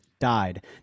died